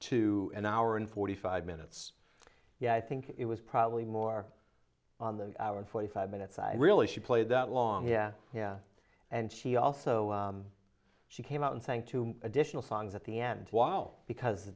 to an hour and forty five minutes yeah i think it was probably more on the hour and forty five minutes i really she played that long yeah yeah and she also she came out and saying two additional songs at the end while because